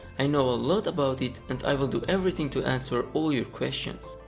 i know a lot about it and i will do everything to answer all your questions.